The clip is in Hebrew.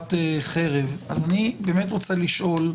באבחת חרב, אז אני באמת רוצה לשאול,